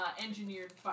engineered